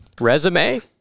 Resume